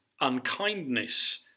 unkindness